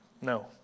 No